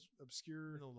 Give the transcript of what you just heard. obscure